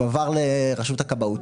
הוא עבר לרשות הכבאות.